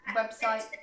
website